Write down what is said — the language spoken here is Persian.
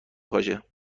باشه